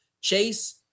Chase